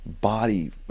body